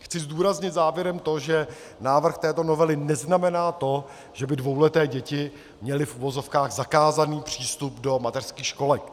Chci zdůraznit závěrem to, že návrh této novely neznamená to, že by dvouleté děti měly v uvozovkách zakázaný přístup do mateřských školek.